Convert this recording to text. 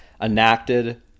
enacted